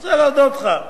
אני רוצה להודות לך.